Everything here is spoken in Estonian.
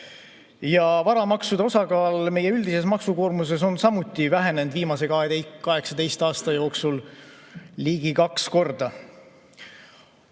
Varamaksude osakaal meie üldises maksukoormuses on vähenenud viimase 18 aasta jooksul ligi kaks korda.